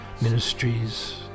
Ministries